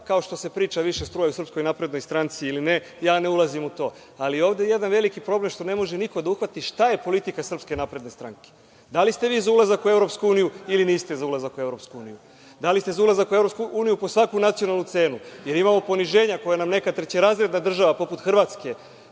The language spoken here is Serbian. kao što se priča više struja u SNS ili ne, ja ne ulazim u to. Ali, ovde je jedan veliki problem što ne može niko da uhvati šta je politika SNS. Da li ste vi za ulazak u EU ili niste za ulazak u EU? Da li ste za ulazak u EU po svaku nacionalnu cenu, jer imamo poniženja koja nam neka trećerazredna država poput Hrvatske